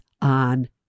on